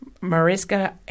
Mariska